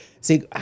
See